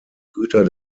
güter